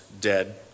dead